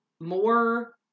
more